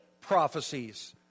prophecies